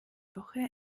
woche